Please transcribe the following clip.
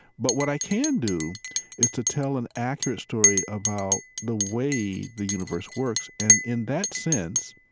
but what i can do is to tell an accurate story about the way the universe works and, in that sense,